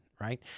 Right